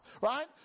Right